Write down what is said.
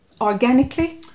organically